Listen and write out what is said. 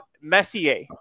Messier